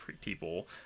people